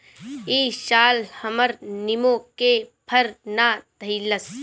इ साल हमर निमो के फर ना धइलस